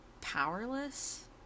powerless